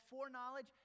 foreknowledge